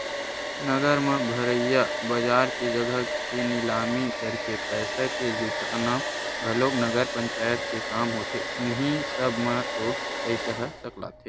नगर म भरइया बजार के जघा के निलामी करके पइसा के जुटाना घलोक नगर पंचायत के काम होथे उहीं सब म तो पइसा ह सकलाथे